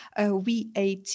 VAT